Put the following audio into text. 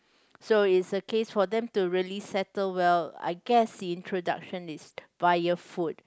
so it's a case for them to really settle well I guess the introduction is via food